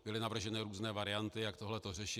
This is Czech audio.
Byly navrženy různé varianty, jak toto řešit.